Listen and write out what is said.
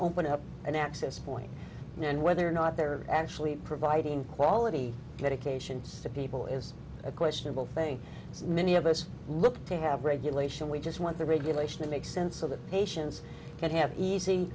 open up an access point and whether or not they're actually providing quality medications to people is a questionable thing as many of us look to have regulation we just want the regulation to make sense so that patients can have easy